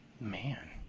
Man